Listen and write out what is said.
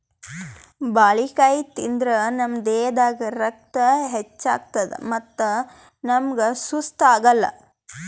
ಬಾಳಿಕಾಯಿ ತಿಂದ್ರ್ ನಮ್ ದೇಹದಾಗ್ ರಕ್ತ ಹೆಚ್ಚತದ್ ಮತ್ತ್ ನಮ್ಗ್ ಸುಸ್ತ್ ಆಗಲ್